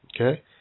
Okay